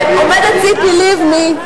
ועומדת ציפי לבני,